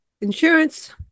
insurance